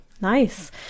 nice